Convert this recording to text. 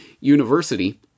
University